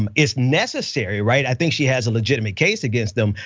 um it's necessary, right, i think she has a legitimate case against them,